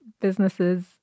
businesses